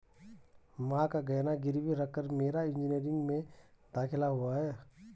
मां का गहना गिरवी रखकर मेरा इंजीनियरिंग में दाखिला हुआ था